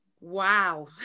Wow